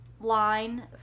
line